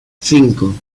cinco